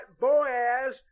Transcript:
Boaz